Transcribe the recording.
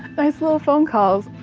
nice little phone calls.